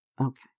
Okay